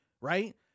right